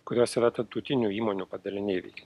kurios yra tarptautinių įmonių padaliniai veikia